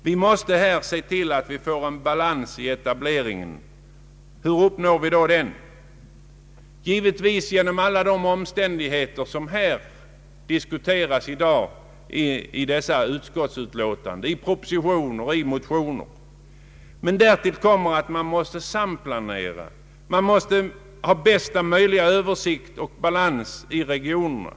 Vi måste få en balans i etableringen. Hur uppnår vi den? Givetvis genom att söka förverkliga de olika uppslag som diskuterats här i dag och det som nu föreslås i utskottsutlåtanden, i propositioner och motioner. Men därtill kommer att länsstyrelserna måste samplanera för att få bästa möjliga översikt och balans i regionerna.